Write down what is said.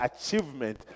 achievement